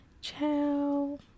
Ciao